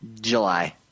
July